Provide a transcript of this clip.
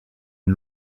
une